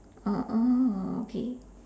okay